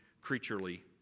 creaturely